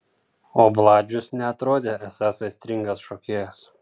o bladžius neatrodė esąs aistringas šokėjas